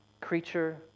Creature